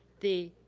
the,